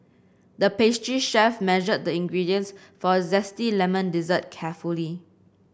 the pastry chef measured the ingredients for a zesty lemon dessert carefully